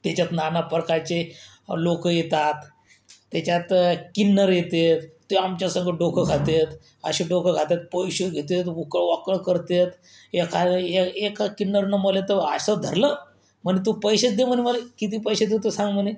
त्याच्यात नाना प्रकारचे लोक येतात त्याच्यात किन्नर येतात ते आमच्यासंगं डोकं खातात असे डोकं खात्यात पैसे घेतात उकळवाकळ करतात एकायय एका किन्नरनं मला तर असं धरलं म्हणे तू पैसेच दे म्हणे मला किती पैसे देतो सांग म्हणे